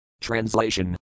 Translation